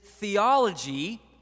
theology